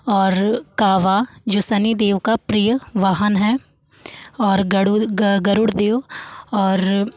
और कौवा जो शनि देव का प्रिय वाहन है और गरुड़ ग गरुड़ देव और